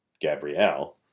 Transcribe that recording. Gabrielle